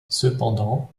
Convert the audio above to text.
cependant